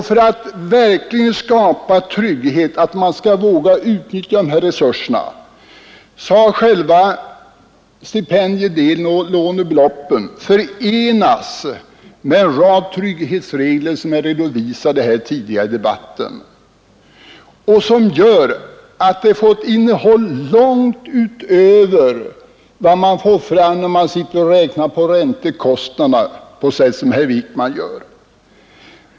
För att verkligen skapa trygghet så att man vågar utnyttja dessa resurser har stipendiedelen och lånebeloppen förenats med en rad trygghetsregler, som redovisats här tidigare i debatten. Dessa trygghetsregler har ett innehåll långt utöver det man får fram när man sitter och räknar på räntekostnader som herr Wijkman gör.